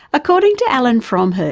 according to allen fromherz,